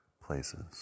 places